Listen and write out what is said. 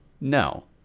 No